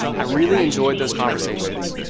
i really enjoyed those conversations.